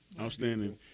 outstanding